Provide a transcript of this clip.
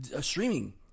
streaming